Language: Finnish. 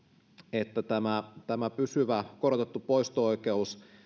että tämä tämä pysyvä korotettu poisto oikeus